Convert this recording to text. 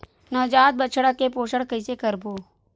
नवजात बछड़ा के पोषण कइसे करबो?